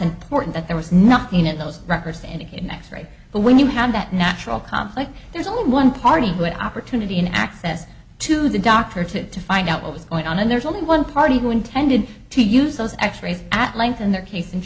important that there was nothing in those records and again x ray but when you have that natural conflict there's only one party good opportunity in access to the doctor to find out what was going on and there's only one party who intended to use those x rays at length in their case